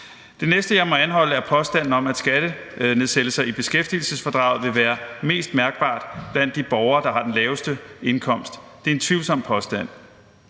Det næste, jeg må anholde, er påstanden om, at skattenedsættelser i beskæftigelsesfradraget vil være mest mærkbart blandt de borgere, der har den laveste indkomst. Det er en tvivlsom påstand.